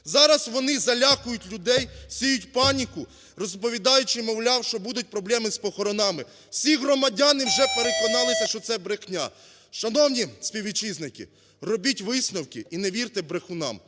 Зараз вони залякують людей, сіють паніку, розповідаючи, мовляв, що будуть проблеми з похоронами. Всі громадяни вже переконалися, що це брехня. Шановні співвітчизники, робіть висновки і не вірте брехунам,